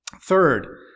Third